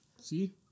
See